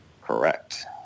correct